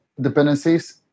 Dependencies